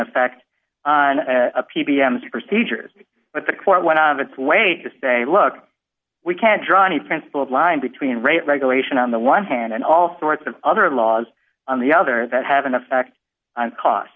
effect on p b s procedures but the court went out of its way to say look we can't draw any principled line between rate regulation on the one hand and all sorts of other laws on the other that have an effect on cost